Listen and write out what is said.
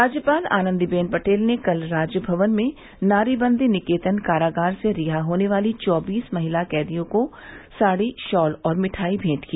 राज्यपाल आनन्दीबेन पटेल ने कल राजमवन में नारी बंदी निकेतन कारागार से रिहा होने वाली चौबीस महिला कैदियों को साड़ी शाल और मिठाई मेंट की